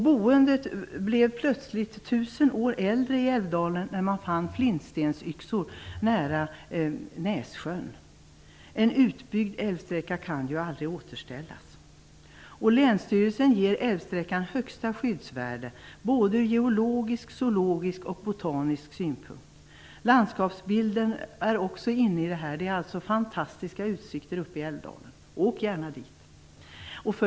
Boendet blev plötsligt tusen år äldre i Älvdalen när man fann flintstensyxor nära Nässjön. En utbyggd älvsträcka kan ju aldrig återställas. Länsstyrelsen ger älvsträckan högsta skyddsvärde från såväl geologisk och zoologisk som botanisk synpunkt. Även landskapsbilden är vikten. Det är fantastiska utsikter och ett rörligt friluftsliv uppe i Älvdalen. Åk gärna dit!